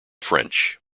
french